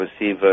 receive